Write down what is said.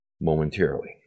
momentarily